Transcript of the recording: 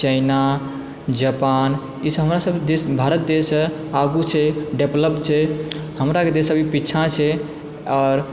China Japan ईसभ हमरा सबके देश भारत देशसँ आगू छै डेवलप छै हमराके देश अभी पीछाँ छै आओर